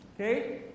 Okay